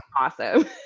awesome